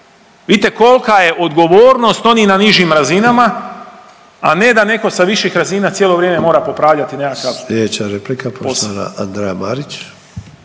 Vidite kolika je odgovornost onih na nižim razinama, a ne da netko sa viših razina cijelo vrijeme mora popravljati nekakav posao.